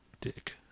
Dick